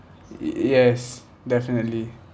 yes definitely